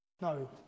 No